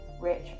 rich